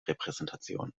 repräsentation